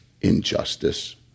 injustice